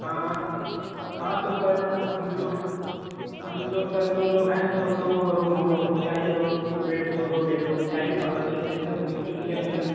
ہاں ہاں تو سر ہم لوگ ہم لوگ سر دو لوگ ہیں تو دو روم ہم لوگوں کو چاہیے اور بیڈ دو بیڈ روم چاہیے اور اچھے سے ایک دم بالکل کچن وچن